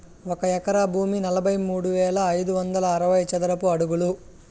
ఒక ఎకరా భూమి నలభై మూడు వేల ఐదు వందల అరవై చదరపు అడుగులు